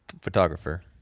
photographer